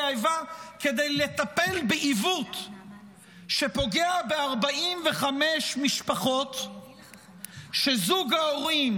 האיבה כדי לטפל בעיוות שפוגע ב-45 משפחות שבהן זוג הורים,